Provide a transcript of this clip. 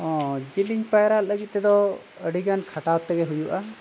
ᱚ ᱡᱤᱞᱤᱧ ᱯᱟᱭᱨᱟᱜ ᱞᱟᱹᱜᱤᱫ ᱛᱮᱫᱚ ᱟᱹᱰᱤᱜᱟᱱ ᱠᱷᱟᱴᱟᱣ ᱛᱮᱜᱮ ᱦᱩᱭᱩᱜᱼᱟ